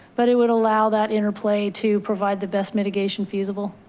but it would allow that interplay to provide the best mitigation feasible.